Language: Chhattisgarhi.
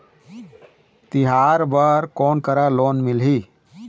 तिहार बर कोन करा लोन मिलही?